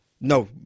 no